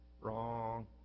Wrong